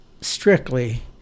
strictly